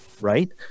right